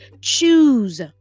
choose